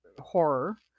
horror